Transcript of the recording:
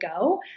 go